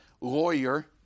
lawyer